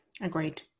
agreed